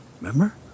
Remember